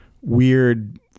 weird